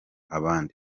abandi